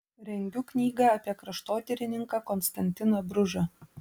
rengiu knygą apie kraštotyrininką konstantiną bružą